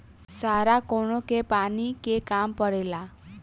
सारा कौनो के पानी के काम परेला